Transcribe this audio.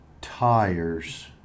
tires